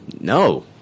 No